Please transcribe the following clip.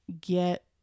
get